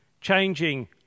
changing